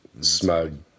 smug